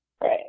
Right